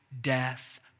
death